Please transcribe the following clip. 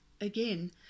Again